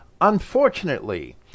Unfortunately